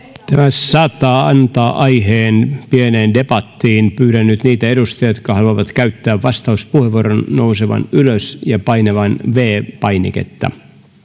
saattaa antaa aiheen pieneen debattiin pyydän nyt niitä edustajia jotka haluavat käyttää vastauspuheenvuoron nousemaan ylös ja painamaan viides painiketta